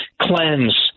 cleanse